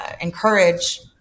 encourage